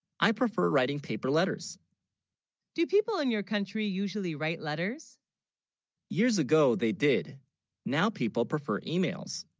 i prefer writing paper letters do people in your country usually write letters years, ago, they, did now people prefer emails